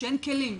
כשאין כלים,